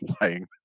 lying